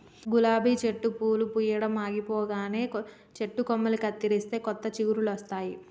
గులాబీ చెట్టు పూలు పూయడం ఆగిపోగానే చెట్టు కొమ్మలు కత్తిరిస్తే కొత్త చిగురులొస్తాయి